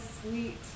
sweet